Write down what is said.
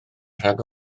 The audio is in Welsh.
rhag